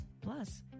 Plus